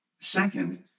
Second